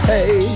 Hey